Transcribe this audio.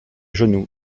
genoux